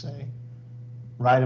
say right